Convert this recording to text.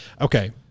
okay